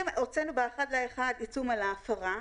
הוצאנו ב-1 בינואר עיצום על ההפרה,